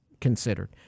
considered